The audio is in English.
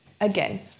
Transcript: Again